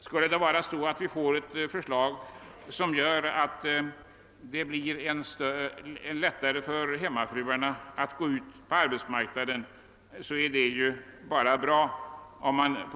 Skulle vi få ett förslag som gör det lättare för hemmafruarna att gå ut på arbetsmarknaden är det ju bara bra.